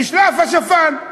נשלף השפן.